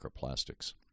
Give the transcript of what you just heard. microplastics